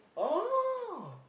oh